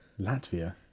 Latvia